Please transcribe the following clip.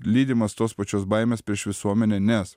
lydimas tos pačios baimės prieš visuomenę nes